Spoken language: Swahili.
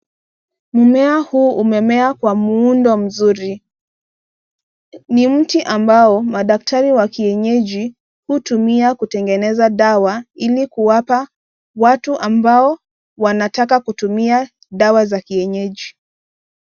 Mmea huu umemea kwa muundo mzuri. Ni mti ambao madaktari wa kienyeji hutumia kutengeneza dawa watu ambao wanataka kutumia dawa za kienyeji.